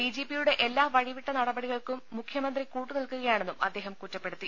D G പിയുടെ എല്ലാ വഴിവിട്ട നടപടികൾക്കും മുഖ്യമന്ത്രി കൂട്ടുനിൽക്കുകയാണെന്നും അദ്ദേഹം കുറ്റപ്പെടുത്തി